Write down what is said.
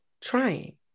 trying